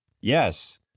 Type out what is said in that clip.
yes